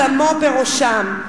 דמו בראשם.